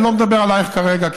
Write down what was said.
אני לא מדבר עלייך כרגע,